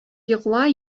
йокла